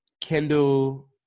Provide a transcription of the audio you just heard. Kendall